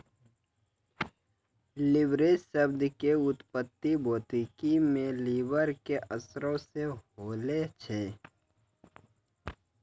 leverage शब्द के उत्पत्ति भौतिकी मे लिवर के असरो से होलो छै